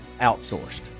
outsourced